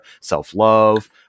self-love